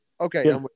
Okay